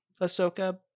ahsoka